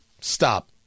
Stop